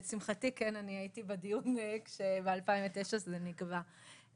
לשמחתי הייתי בדיון ב-2009 כשזה נקבע.